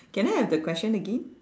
can I have the question again